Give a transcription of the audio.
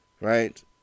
right